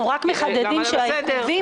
אנחנו רק מחדדים שהעיכובים,